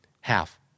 Half